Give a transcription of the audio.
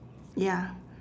ya